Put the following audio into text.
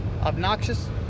obnoxious